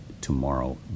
tomorrow